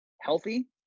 healthy